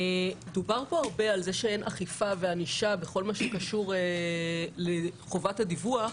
דובר פה הרבה על כך שאין אכיפה וענישה בכל מה שקשור לחובת הדיווח.